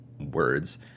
words